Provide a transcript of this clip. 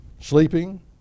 sleeping